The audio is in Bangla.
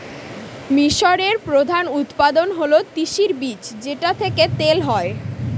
মিশরের প্রধান উৎপাদন হল তিসির বীজ যেটা থেকে তেল হয়